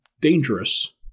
dangerous